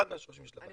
אחד משורשי הבעיה.